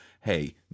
hey